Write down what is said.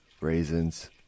raisins